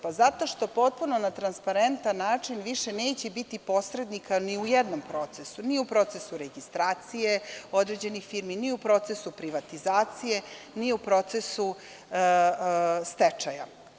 Pa, zato što na potpuno transparentan način više neće biti posrednika ni u jednom procesu, mi u procesu registracije određenih firmi, ni u procesu privatizacije, ni u procesu stečaja.